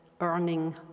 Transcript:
earning